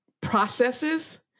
processes